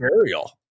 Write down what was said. burial